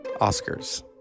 Oscars